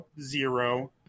zero